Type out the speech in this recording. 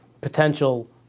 potential